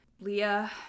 Leah